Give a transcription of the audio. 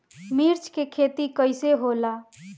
मिर्च के खेती कईसे होला?